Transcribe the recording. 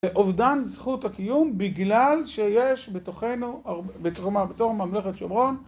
זה אובדן זכות הקיום בגלל שיש בתוכנו, בתוך ממלכת שומרון